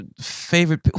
favorite